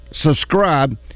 subscribe